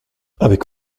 avec